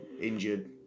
Injured